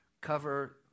cover